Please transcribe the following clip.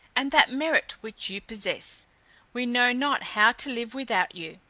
and that merit which you possess we know not how to live without you.